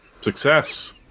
Success